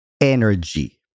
energy